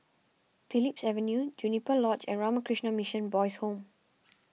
Phillips Avenue Juniper Lodge and Ramakrishna Mission Boys' Home